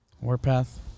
Warpath